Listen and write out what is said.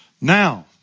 Now